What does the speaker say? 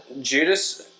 Judas